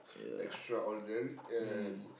extraordinary and